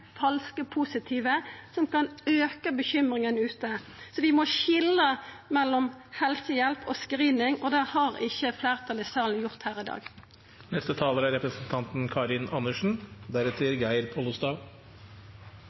falske positive, som kan auka bekymringa ute. Så vi må skilja mellom helsehjelp og screening, og det har ikkje fleirtalet her i salen gjort i dag. Det foreslås ikke screening i